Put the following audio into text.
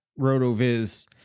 RotoViz